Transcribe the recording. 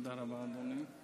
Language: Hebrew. תודה רבה, אדוני.